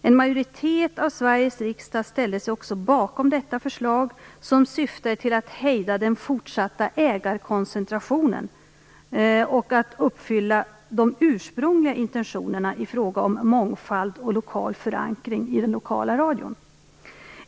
En majoritet av Sveriges riksdag ställde sig bakom detta förslag som syftade till att hejda den fortsatta ägarkoncentrationen samt att uppfylla de ursprungliga intentionerna i fråga om mångfald och lokal förankring i den lokala radion.